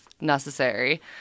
necessary